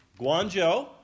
Guangzhou